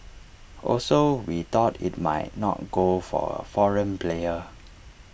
also we thought IT might not go for A foreign player